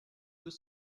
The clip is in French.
deux